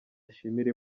ashimira